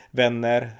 vänner